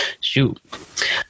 shoot